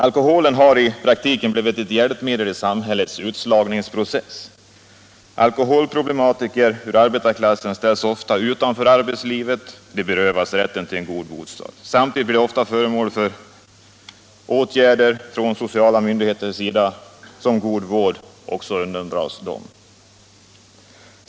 Alkoholen har i praktiken blivit ett hjälpmedel i samhällets utslagningsprocess. Alkoholproblematiker ur arbetarklassen ställs ofta utanför arbetslivet och berövas rätten till en god bostad. Samtidigt blir de ofta föremål för åtgärder från sociala myndigheter, medan god vård undandras dem.